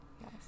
Yes